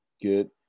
good